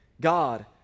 God